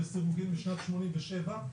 לסירוגין משנת 1987,